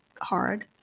hard